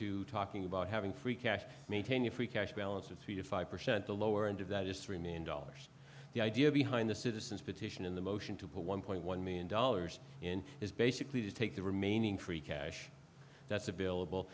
to talking about having free cash maintain your free cash balance of three to five percent the lower end of that is three million dollars the idea behind the citizen's petition in the motion to put one point one million dollars in is basically to take the remaining free cash that's available